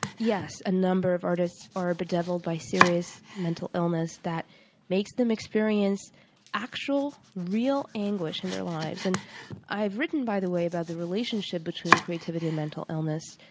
yes, a number of artists are bedeviled by serious mental illness that makes them experience actual, real anguish in their lives and i have written, by the way, about the relationship between creativity and mental illness,